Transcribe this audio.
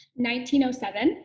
1907